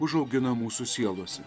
užaugina mūsų sielose